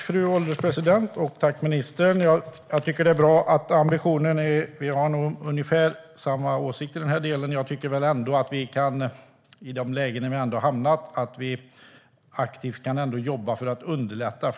Fru ålderspresident! Jag tycker att det är bra med den här ambitionen. Vi har nog ungefär samma åsikt i den här delen. Jag tycker väl ändå att vi i de lägen vi har hamnat i aktivt kan jobba för att underlätta.